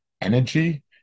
energy